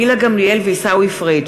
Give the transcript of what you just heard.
גילה גמליאל ועיסאווי פריג'.